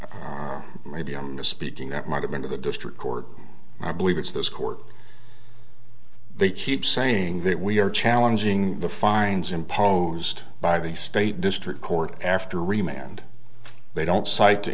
court maybe i'm speaking that might have been to the district court i believe it's this court they keep saying that we are challenging the fines imposed by the state district court after remained they don't cite